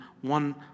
one